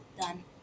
done